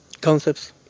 concepts